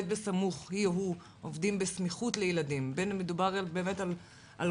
והיא או הוא עובדים בסמיכות לילדים בין אם מדובר על רופאים,